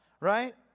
Right